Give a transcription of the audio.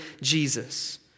Jesus